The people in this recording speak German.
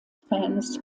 fans